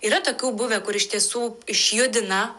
yra tokių buvę kur iš tiesų išjudina